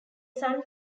sun